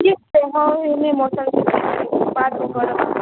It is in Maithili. ठीक छै